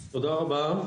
תודה רבה.